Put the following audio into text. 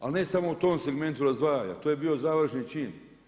Ali ne samo u tom segmentu razdvajanja, to je bio završni čin.